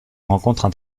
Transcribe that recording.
rencontres